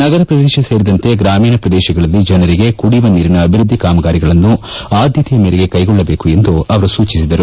ನಗರ ಪ್ರದೇಶ ಸೇರಿದಂತೆ ಗ್ರಾಮೀಣ ಪ್ರದೇಶಗಳಲ್ಲಿ ಜನರಿಗೆ ಕುಡಿಯುವ ನೀರಿನ ಅಭಿವೃದ್ದಿ ಕಾಮಗಾರಿಗಳನ್ನು ಆದ್ದತೆಯ ಮೇರೆಗೆ ಕೈಗೊಳ್ಳಬೇಕು ಎಂದು ಅವರು ಸೂಚಿಸಿದರು